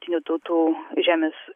jungtinių tautų žemės